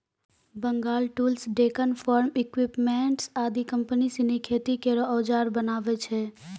Bengal tools, Deccan farm equipments आदि company सिनी खेती केरो औजार बनावै छै